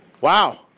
Wow